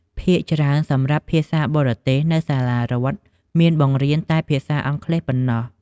ភាគច្រើនសម្រាប់ភាសាបរទេស នៅសាលារដ្ឋមានបង្រៀនតែភាសាអង់គ្លេសប៉ុណ្ណោះ។